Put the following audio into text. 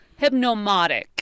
hypnomotic